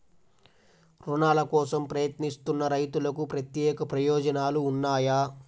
రుణాల కోసం ప్రయత్నిస్తున్న రైతులకు ప్రత్యేక ప్రయోజనాలు ఉన్నాయా?